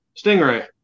stingray